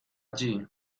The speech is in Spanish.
allí